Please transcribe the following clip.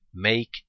make